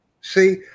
See